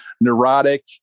neurotic